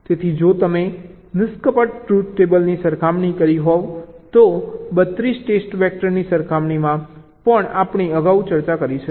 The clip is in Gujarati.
તેથી જો તમે નિષ્કપટ ટ્રુથ ટેબલની સરખામણી કરી હોય તો 32 ટેસ્ટ વેક્ટરની સરખામણીમાં આ પણ આપણે અગાઉ ચર્ચા કરી છે